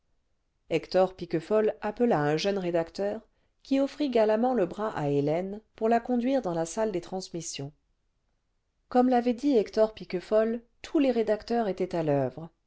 hector piquefol appela un jeune rédacteur qui offrit galamment le bras à hélène pour la conduire dans la salle des transmissions comme l'avait dit hector piquefol tous les rédacteurs étaient à l'oeuvre